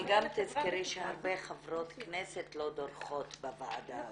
אבל גם תזכרי שהרבה חברות כנסת לא דורכות בוועדה הזו.